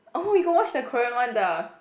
oh you got watch the Korean one the